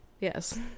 Yes